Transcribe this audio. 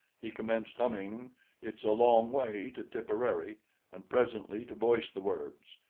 he commenced humming it's a long way to tipperary and presently to voice the words,